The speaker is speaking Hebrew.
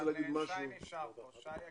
שי נשאר כאן והוא יגיב.